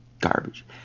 garbage